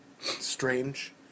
Strange